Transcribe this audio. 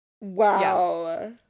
Wow